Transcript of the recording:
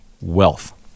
wealth